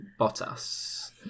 Bottas